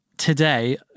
Today